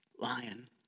Lion